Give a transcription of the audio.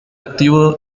activo